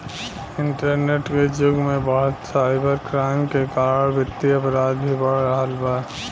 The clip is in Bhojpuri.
इंटरनेट के जुग में बढ़त साइबर क्राइम के कारण वित्तीय अपराध भी बढ़ रहल बा